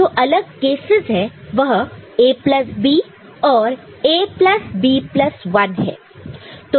तो जो अलग केसेस है वह A प्लस B और A प्लस B प्लस 1 है